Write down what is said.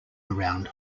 around